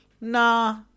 Nah